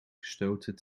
gestoten